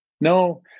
No